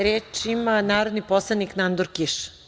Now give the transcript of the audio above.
Reč ima narodni poslanik Nandor Kiš.